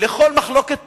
למחלוקת פוליטית,